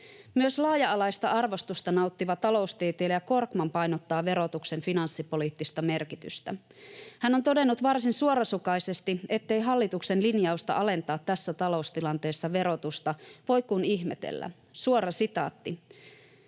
Myös laaja-alaista arvostusta nauttiva taloustieteilijä Korkman painottaa verotuksen finanssipoliittista merkitystä. Hän on todennut varsin suorasukaisesti, ettei hallituksen lin-jausta alentaa verotusta tässä taloustilanteessa voi kuin ihmetellä. ”Syntyy